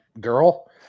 girl